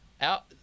out